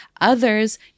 Others